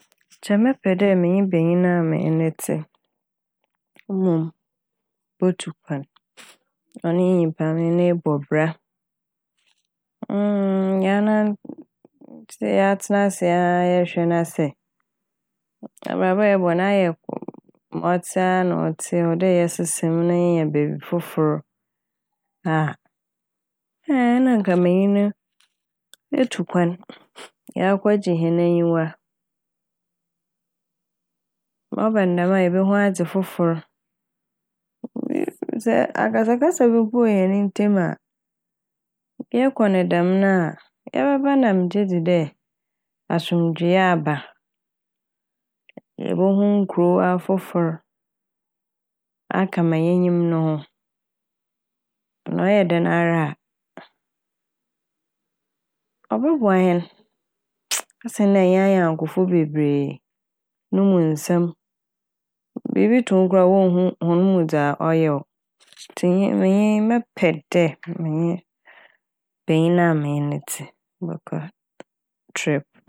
Nkyɛ mɛpɛ dɛ menye banyin a menye me tse mom botu kwan. Ɔno nye nyimpa a menye no robɔ bra Yɛanant- yɛatsena ase aa na yɛhwɛ na sɛ abrabɔ a yɛrobɔ no ayɛ ma ɔtse a na ɔtse, ɔwɔ dɛ yɛsesa m' na yenya beebi fofor a, ɛɛɛ nanka menye no etu kwan yɛakɔgye hɛn enyiwa. Ɔba ne dɛm a yebohu adze fofor, sɛ akasakasa bi mpo wɔ hɛn ntamu yɛkɔ ne dɛm na a yɛbɛba na megye dzi dɛ asomdwee aba. Yebohu nkurow afofor aka ma yenyim no ho. Na ɔyɛ dɛn ara a ɔbɔboa hɛn Sen dɛ yɛnye anyɛnkofo bebree ne mu nsɛm biibi to wo koraa a wonnhu dza ɔyɛ wo ntsi menye - mɛpɛ dɛ menye banyin a menye no tse bɔkɔ "trip".